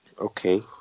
okay